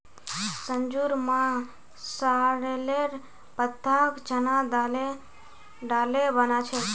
संजूर मां सॉरेलेर पत्ताक चना दाले डाले बना छेक